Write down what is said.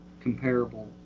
comparable